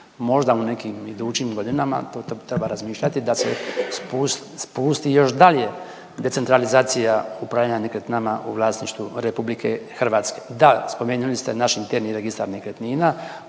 Možda u nekim idućim godinama to treba razmišljati da se spusti, spusti još dalje decentralizacija upravljanja nekretninama u vlasništvu RH. Da, spomenuli ste naš interni registar nekretnina,